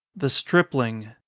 the stripling